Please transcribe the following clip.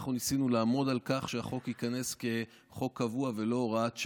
ניסינו לעמוד על כך שהחוק ייכנס כחוק קבוע ולא כהוראת שעה.